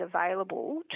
available